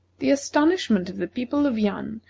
the astonishment of the people of yan,